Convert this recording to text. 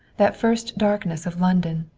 that first darkness of london,